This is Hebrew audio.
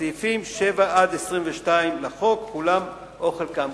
סעיפים 7 22 לחוק, כולן או חלקן.